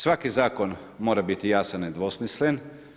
Svaki zakon mora biti jasan i nedvosmislen.